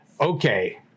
okay